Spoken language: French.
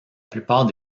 plupart